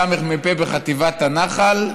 סמ"פ בחטיבת הנח"ל,